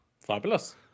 Fabulous